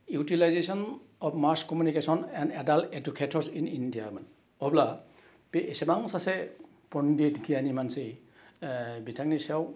utilisation of mass communication and adult educator in India मोन अब्ला बे एसेबां सासे पण्डित गियानि मानसि बिथांनि सायाव